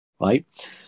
right